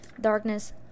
darkness